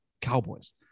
cowboys